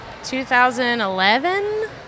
2011